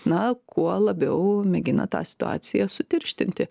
na kuo labiau mėgina tą situaciją sutirštinti